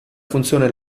funzione